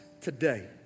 today